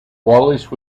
wallace